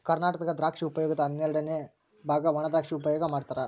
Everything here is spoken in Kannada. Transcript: ಕರ್ನಾಟಕದಾಗ ದ್ರಾಕ್ಷಿ ಉಪಯೋಗದ ಹನ್ನೆರಡಅನೆ ಬಾಗ ವಣಾದ್ರಾಕ್ಷಿ ಉಪಯೋಗ ಮಾಡತಾರ